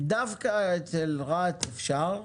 --- דווקא ברהט אפשר,